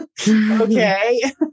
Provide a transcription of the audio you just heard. okay